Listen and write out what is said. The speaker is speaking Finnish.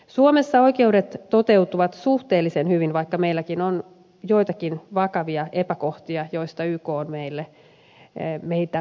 suomessa oikeudet toteutuvat suhteellisen hyvin vaikka meilläkin on joitakin vakavia epäkohtia joista yk on meitä muistuttanut